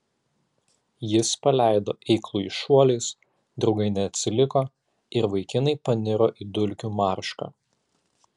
jis paleido eiklųjį šuoliais draugai neatsiliko ir vaikinai paniro į dulkių maršką